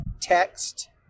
text